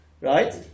right